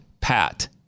PAT